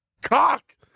cock